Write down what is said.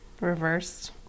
Reversed